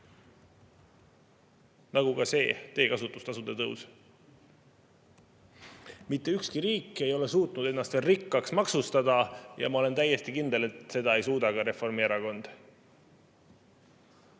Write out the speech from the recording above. nagu on ka see teekasutustasude tõus. Mitte ükski riik ei ole suutnud ennast veel rikkaks maksustada ja ma olen täiesti kindel, et seda ei suuda ka Reformierakond. Aga